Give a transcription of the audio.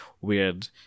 weird